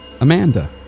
Amanda